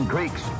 Greeks